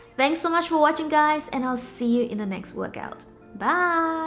thanks so much for watching guys and i'll see you in the next workout bye